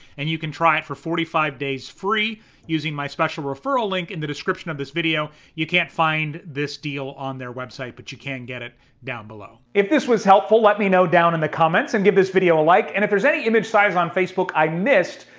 and you can try it for forty five days free using my special referral link in the description of this video. you can't find this deal on their website, but you can get it down below. if this was helpful, let me know down in the comments and give this video a like, and if there's any image size on facebook i missed,